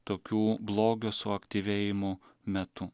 tokių blogio suaktyvėjimų metu